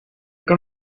kan